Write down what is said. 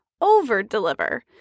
over-deliver